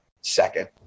second